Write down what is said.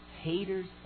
Haters